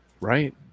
Right